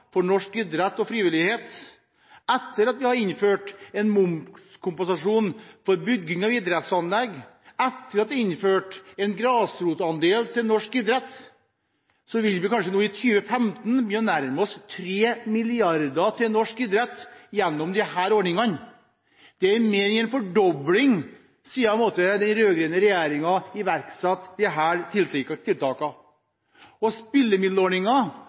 for norsk idrett og frivillighet, etter at vi hadde innført en momskompensasjon for bygging av idrettsanlegg, og etter at vi innførte en grasrotandel til norsk idrett, vil vi kanskje i 2015 begynne å nærme oss 3 mrd. kr til norsk idrett gjennom disse ordningene. Det er mer enn en fordobling siden den rød-grønne regjeringen iverksatte